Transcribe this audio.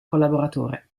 collaboratore